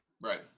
Right